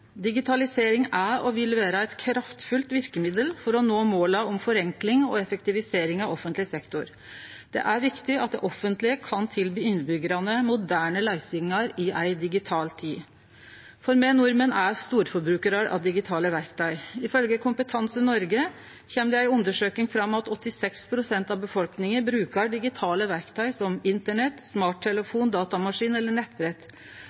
Digitalisering er og vil vere eit kraftfullt verkemiddel for å nå måla om forenkling og effektivisering av offentleg sektor. Det er viktig at det offentlege kan tilby innbyggjarane moderne løysingar i ei digital tid. For me nordmenn er storforbrukarar av digitale verktøy. Ifølgje Kompetanse Norge kjem det i ei undersøking fram at 86 pst. av befolkninga brukar digitale verktøy som internett, smarttelefon, datamaskin eller nettbrett.